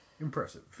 Impressive